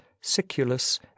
Siculus